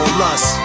lust